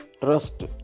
trust